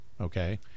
okay